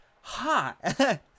hot